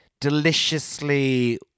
deliciously